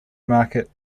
market